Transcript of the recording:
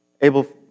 able